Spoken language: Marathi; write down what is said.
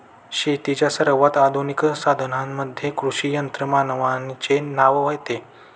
शेतीच्या सर्वात आधुनिक साधनांमध्ये कृषी यंत्रमानवाचे नाव येते